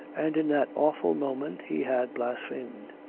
and in that awful moment he had blasphemed.